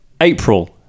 april